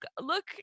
look